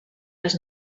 les